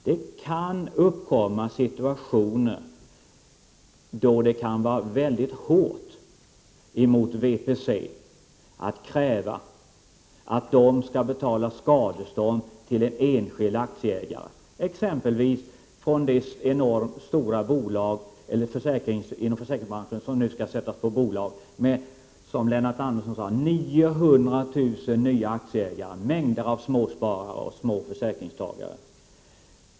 Det kan uppkomma situationer då det kan vara mycket hårt emot VPC att kräva att VPC skall betala skadestånd till en enskild aktieägare, exempelvis från det enormt stora företag inom försäkringsbranschen som nu skall göras till aktiebolag med, som Lennart Andersson sade, 900 000 nya aktieägare, en mängd av småsparare och små försäkringstagare.